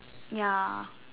ya